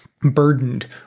burdened